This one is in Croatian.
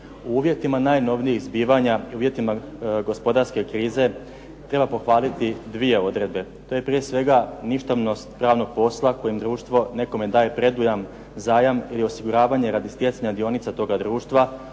U uvjetima najnovijih zbivanja u uvjetima gospodarske krize, treba pohvaliti dvije odredbe. To je prije svega ništavnost pravnog posla kojem društvo nekome daje predujam, zajam ili osiguravanje radi stjecanja dionica toga društva,